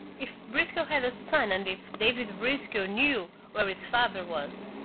if briscoe had a son and if david briscoe knew where his father was.